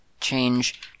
change